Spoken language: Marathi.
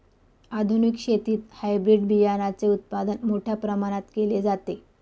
आधुनिक शेतीत हायब्रिड बियाणाचे उत्पादन मोठ्या प्रमाणात केले जाते